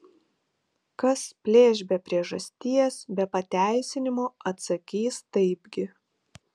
kas plėš be priežasties be pateisinimo atsakys taipgi